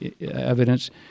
evidence